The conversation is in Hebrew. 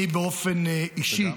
אני באופן אישי,